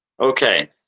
Okay